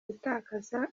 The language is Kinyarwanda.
gutakaza